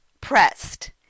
pressed